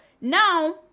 now